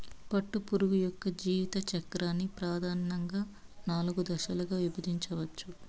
పట్టుపురుగు యొక్క జీవిత చక్రాన్ని ప్రధానంగా నాలుగు దశలుగా విభజించవచ్చు